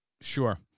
Sure